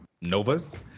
Novas